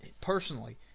personally